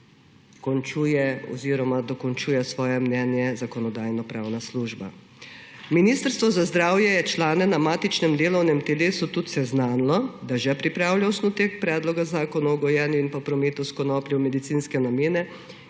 dokončuje svoje mnenje Zakonodajno-pravna služba. Ministrstvo za zdravje je člane na matičnem delovnem telesu tudi seznanilo, da že pripravlja osnutek Predloga zakona o gojenju in prometu s konopljo za medicinske namene,